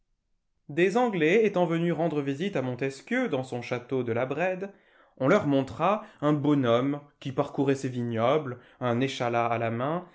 des anglais étant venus rendre visite à montesquieu dans son château de la brède on leur montra un bonhomme qui parcourait ses vignobles un échalas à la main